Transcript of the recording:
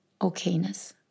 okayness